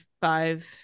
Five